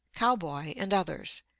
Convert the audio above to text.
cowboy, and others.